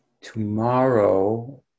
tomorrow